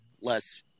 less